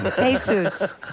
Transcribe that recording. Jesus